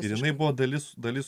ir jinai buvo dalis dalis